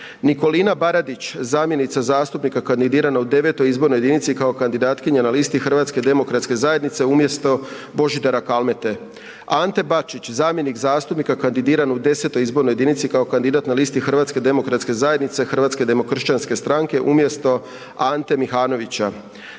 Nikolina Baradić, zamjenica zastupnika kandidirana u IX. izbornoj jedinici kao kandidatkinja na listi Hrvatske demokratske zajednice umjesto Božidara Kalmete. Ante Bačić, zamjenik zastupnika kandidiran u X. izbornoj jedinici kao kandidat na listi Hrvatske demokratske zajednice, Hrvatske demokršćanske stranke, HDS umjesto Ante Mihanovića.